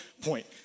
point